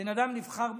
בן אדם נבחר בסיעה,